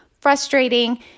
Frustrating